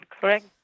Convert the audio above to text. correct